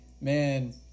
man